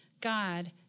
God